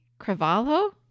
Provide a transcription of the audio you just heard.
Cravalho